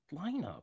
lineup